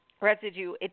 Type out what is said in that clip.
residue